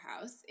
house